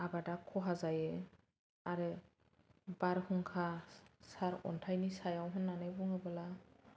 आबादा खहा जायो आरो बारहुंखा सारन्थाइनि सायाव होननानै बुङोबोला